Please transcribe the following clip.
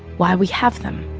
why we have them